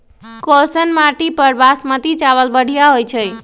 कैसन माटी पर बासमती चावल बढ़िया होई छई?